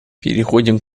переходим